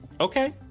Okay